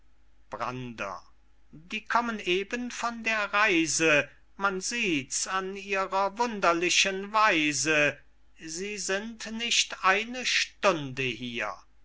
brander die kommen eben von der reise man sieht's an ihrer wunderlichen weise sie sind nicht eine stunde hier